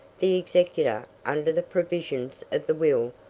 the executor, under the provisions of the will,